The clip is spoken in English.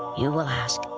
you will ask,